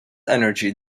energy